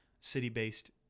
City-based